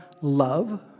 love